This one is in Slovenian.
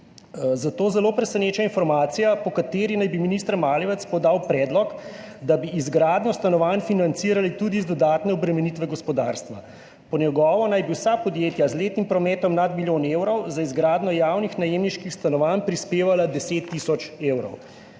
Zato zelo preseneča informacija, po kateri naj bi minister Maljevac podal predlog, da bi izgradnjo stanovanj financirali tudi iz dodatne obremenitve gospodarstva. Po njegovo naj bi vsa podjetja z letnim prometom nad milijon evrov za izgradnjo javnih najemniških stanovanj prispevala 10 tisoč evrov.